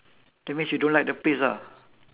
that means you don't like the place ah